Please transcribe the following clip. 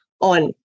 on